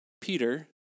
Peter